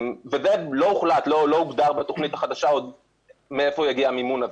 זה לא הוחלט ולא הוגדר בתוך התוכנית מהיכן יגיע המימון הזה.